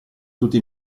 tutti